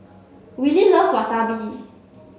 Willie loves Wasabi